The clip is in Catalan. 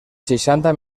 seixanta